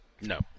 No